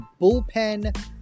bullpen